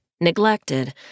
neglected